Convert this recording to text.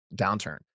downturn